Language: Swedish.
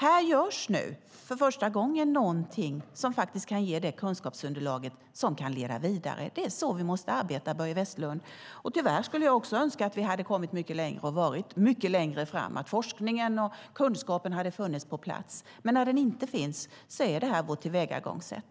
Nu görs för första gången någonting som kan ge det kunskapsunderlag som sedan kan leda vidare. Det är så vi måste arbeta, Börje Vestlund. Också jag skulle önska att vi hade kommit mycket längre, att forskningen och kunskapen hade funnits på plats. Men när den inte finns på plats är det vårt tillvägagångssätt.